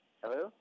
hello